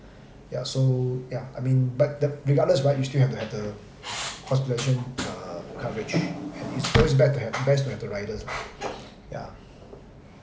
ya so ya I mean but the regardless right you still have to have the hospitalisation err coverage is always best to have best to have the riders ya